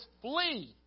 flee